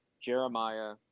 Jeremiah